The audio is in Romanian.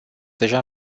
deja